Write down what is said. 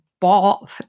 ball